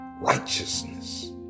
righteousness